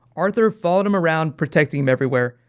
arthur followed him around, protecting him everywhere.